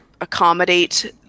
accommodate